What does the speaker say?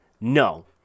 No